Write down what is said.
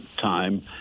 time